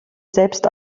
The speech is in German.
selbst